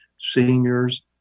seniors